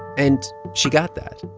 and she got that.